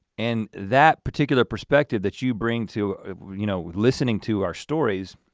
and that particular perspective that you bring to you know, listening to our stories